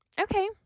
okay